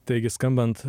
taigi skambant